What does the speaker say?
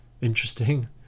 Interesting